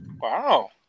Wow